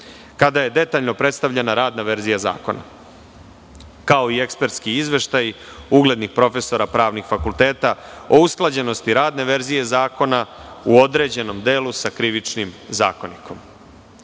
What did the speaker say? kada je detaljno predstavljena radna verzija zakona, kao i ekspertski izveštaji uglednih profesora pravnih fakulteta o usklađenosti radne verzije zakona u određenom delu sa Krivičnim zakonikom.